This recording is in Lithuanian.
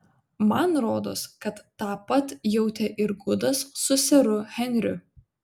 man rodos kad tą pat jautė ir gudas su seru henriu